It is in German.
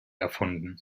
erfunden